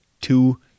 two